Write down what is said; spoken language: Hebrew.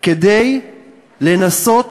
כדי לנסות